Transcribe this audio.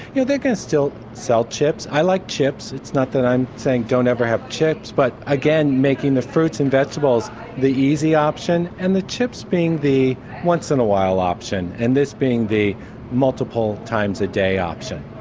you know, they can still sell chips, i like chips, it's not that i'm saying don't ever have chips, but again, making the fruits and vegetables the easy option and the chips being the once in a while option and this being the multiple times a day option.